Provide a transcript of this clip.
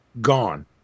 gone